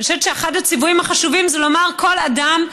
אני חושבת שאחד הציוויים החשובים זה לומר: כל אדם,